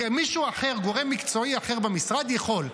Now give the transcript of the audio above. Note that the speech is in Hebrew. מישהו אחר, גורם מקצועי אחר במשרד יכול.